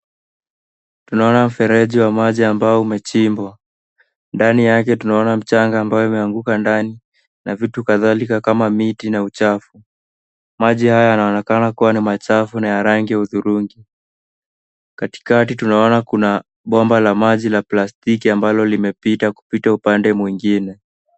Tunaona mfereji wa maji ambao umechimbwa. Ndani yake tunaona mchanga ambayo imeanguka ndani na vitu kadhalika kama miti na uchafu. Maji haya yanaonekana kuwa ni machafu na ya rangi ya hudhurungi. Katikati tunaona kuna bomba la maji la plastiki ambalo limepita kupita upande mwingine.